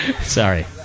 Sorry